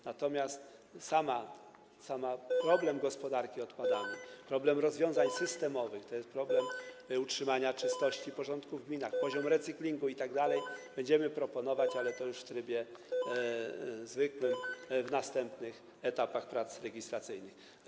Natomiast sam problem gospodarki odpadami, problem rozwiązań systemowych to jest problem utrzymania czystości i porządku w gminach, poziom recyklingu itd., będziemy tu proponować zmiany, ale to już w trybie zwykłym w następnych etapach prac legislacyjnych.